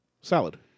Salad